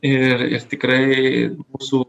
ir ir tikrai su